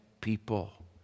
people